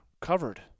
covered